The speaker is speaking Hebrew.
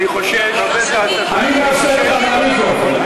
אני מאפשר לך מהמיקרופון.